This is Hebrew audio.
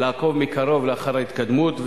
לעקוב מקרוב אחר ההתקדמות,